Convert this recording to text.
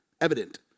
evident